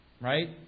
right